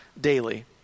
daily